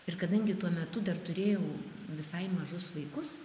ir kadangi tuo metu dar turėjau visai mažus vaikus